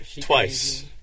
Twice